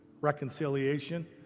reconciliation